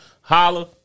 Holla